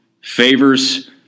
favors